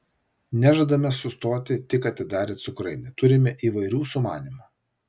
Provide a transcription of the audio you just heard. nežadame sustoti tik atidarę cukrainę turime įvairių sumanymų